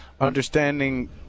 understanding